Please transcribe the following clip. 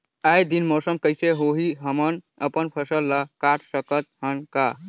आय दिन मौसम कइसे होही, हमन अपन फसल ल काट सकत हन का?